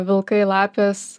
vilkai lapės